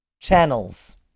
channels